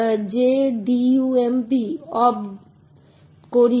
তাই এই দুটি জিনিস প্রথম এবং দ্বিতীয়টি গোপনীয়তা এবং সততা নিশ্চিত করবে